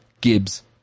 Gibbs